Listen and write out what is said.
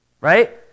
right